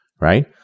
right